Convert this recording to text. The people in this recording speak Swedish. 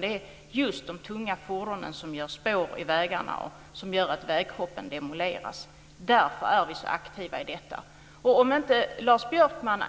Det är just de tunga fordonen som gör spår i vägarna och gör att vägkroppen demoleras. Därför är vi så aktiva i detta. Om inte Lars Björkman